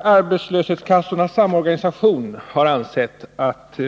Arbetslöshetskassornas samorganisation har ansett att